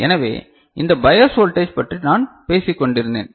எனவே இந்த bias voltage பற்றி நான் பேசிக் கொண்டிருந்தேன்